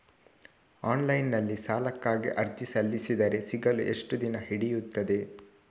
Online ನಲ್ಲಿ ಸಾಲಕ್ಕಾಗಿ ಅರ್ಜಿ ಸಲ್ಲಿಸಿದರೆ ಸಿಗಲು ಎಷ್ಟು ದಿನ ಹಿಡಿಯುತ್ತದೆ?